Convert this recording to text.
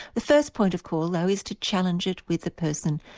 the first point of call though is to challenge it with the person,